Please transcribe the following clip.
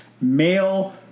male